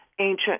ancient